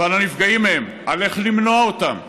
ועל הנפגעים מהם, על איך למנוע אותם,